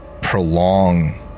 prolong